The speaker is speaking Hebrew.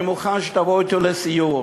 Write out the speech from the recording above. אני מוכן שתבוא אתי לסיור,